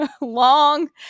long